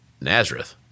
Nazareth